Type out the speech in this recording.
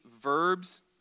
verbs